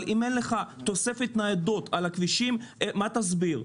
אבל אם אין לך תוספת ניידות על הכבישים מה תסביר?